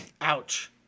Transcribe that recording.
Ouch